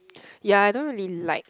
ya I don't really like